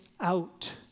out